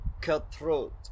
Cutthroat